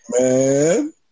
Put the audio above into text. man